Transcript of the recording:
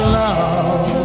love